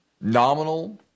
nominal